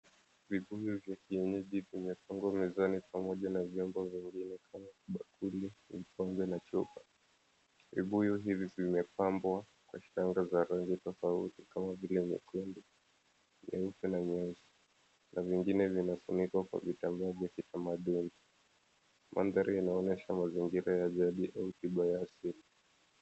Kibuyu vya kienyeji vimepangwa mezani pamoja na viombo vingine kama bakuli pamoja na chupa. Vibuyu hivi vimepambwa kwa shanga za rangi tofauti kama vile vya buluu, vieupe na vieusi na zingine vimefunikwa kwa kitambaa za kitamaduni. Mandhari inaonyesha mazingira ya jadi au kiba ya asili.